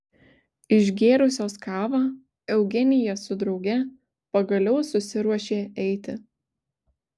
išgėrusios kavą eugenija su drauge pagaliau susiruošė eiti